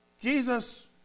Jesus